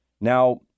Now